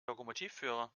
lokomotivführer